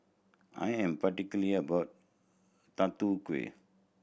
I am particular about tatu kueh